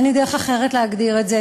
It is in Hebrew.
אין לי דרך אחרת להגדיר את זה,